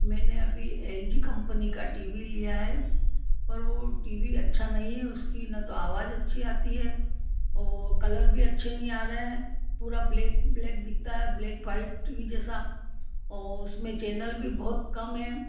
मैंने अभी L G company का टी वी लिया है पर वो टी वी अच्छा नहीं है उसकी न तो आवाज़ अच्छी आती है और कलर भी अच्छे नहीं आ रहे हैं पूरा ब्लेक ब्लेक दिखता है ब्लेक वाइट टी वी जैसा औ उसमें चेनल भी बहुत कम है